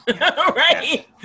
right